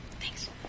Thanks